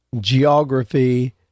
geography